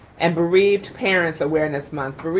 and bereaved parents awareness month.